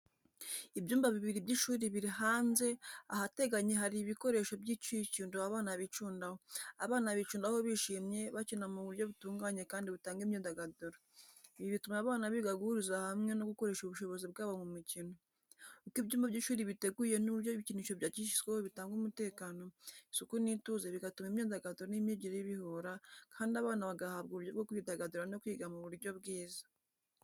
Ibyumba bibiri by’ishuri biri hanze, ahateganye hari ibikinisho by’ibyicundo abana bicundaho. Abana bicundaho bishimye, bakina mu buryo butunganye kandi butanga imyidagaduro. Ibi bituma abana biga guhuriza hamwe no gukoresha ubushobozi bwabo mu mikino. Uko ibyumba by’ishuri biteguye n’uburyo ibikinisho byashyizweho bitanga umutekano, isuku n’ituze, bigatuma imyidagaduro n’imyigire bihura, kandi abana bagahabwa uburyo bwo kwidagadura no kwiga mu buryo bwiza.